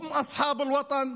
הם בעלי המולדת,